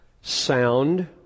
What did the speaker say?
Sound